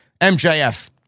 MJF